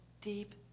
deep